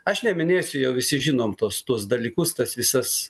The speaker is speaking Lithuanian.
aš neminėsiu jau visi žinom tuos tuos dalykus tas visas